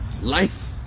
Life